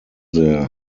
their